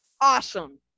Awesome